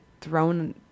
thrown